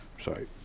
Sorry